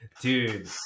Dude